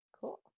Cool